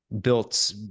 built